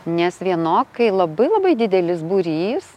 nes vienok kai labai labai didelis būrys